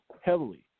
heavily